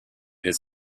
his